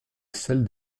celle